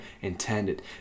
intended